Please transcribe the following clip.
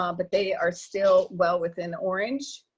um but they are still well within orange.